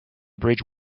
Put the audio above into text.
bridge